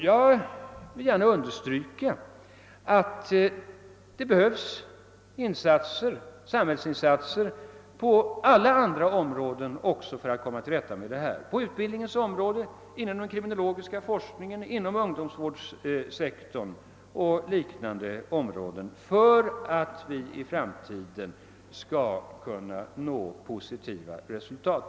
Jag vill gärna understryka att samhällsinsatser också behövs på alla andra områden för att åstadkomma förbättringar i detta sammanhang, exempelvis inom utbildningen, den kriminologiska forskningen, ungdomsvårdssektorn och liknande områden. Det är nödvändigt om vi i framtiden skall uppnå positiva resultat.